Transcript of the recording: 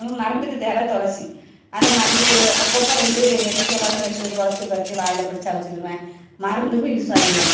மருந்துக்கு தேவை துளசி அந்த மருந்துக்கு அப்பப்போது ரெண்டு வெள்ளி செவ்வாய்க்கு ரெண்டு துளசி பறித்து வாயில் போட்டு சுவச்சிக்கிருவேன் மருந்துக்கும் யூஸ் ஆகிரும்